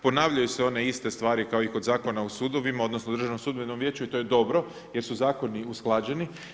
Ponavljaju se one iste stvari kao i kod Zakona o sudovima odnosno Državnom sudbenom vijeću i to je dobro jer su zakoni usklađeni.